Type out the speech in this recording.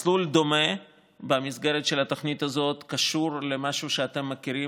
מסלול דומה במסגרת של התוכנית הזאת קשור למשהו שאתם מכירים,